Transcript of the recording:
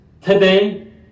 Today